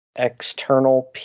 external